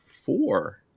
four